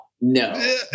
No